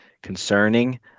concerning